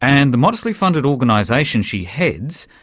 and the modestly funded organisation she heads,